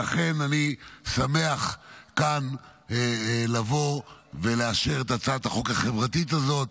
לכן אני שמח לבוא ולאשר כאן את הצעת החוק החברתית הזאת.